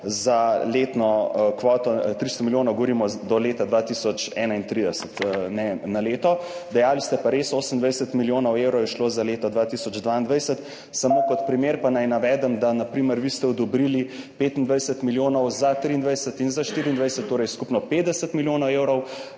milijonov, 300 milijonov, govorimo do leta 2031, ne na leto. Dejali ste pa, res, 28 milijonov evrov je šlo za leto 2022. Samo kot primer pa naj navedem, da ste vi odobrili 25 milijonov za leto 2023 in za leto 2024, torej skupno 50 milijonov evrov